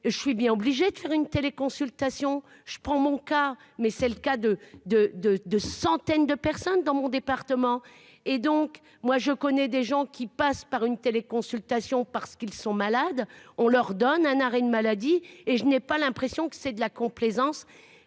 je suis bien obligé de faire une téléconsultation je prends mon cas, mais c'est le cas de, de, de, de centaines de personnes dans mon département et donc moi je connais des gens qui passent par une téléconsultation parce qu'ils sont malades, on leur donne un arrêt de maladie, et je n'ai pas l'impression que c'est de la complaisance,